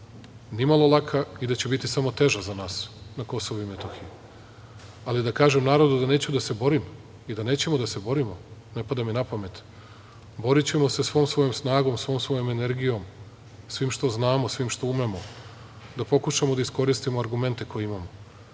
nimalo laka, i da će biti samo teža za nas na KiM, ali da kažem narodu da neću da se borim i da nećemo da se borimo, ne pada mi na pamet. Borićemo se svom svojom snagom, svom svojom energijom, svim što znamo i umemo, da pokušamo da iskoristimo argumente koje imamo. Već